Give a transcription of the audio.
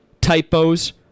Typos